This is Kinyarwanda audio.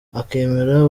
akemera